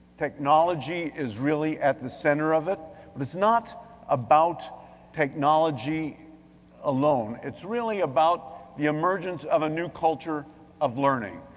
technology is really at the center of it. but it's not about technology alone, it's really about the emergence of a new culture of learning.